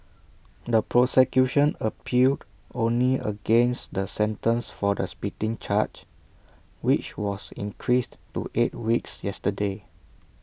the prosecution appealed only against the sentence for the spitting charge which was increased to eight weeks yesterday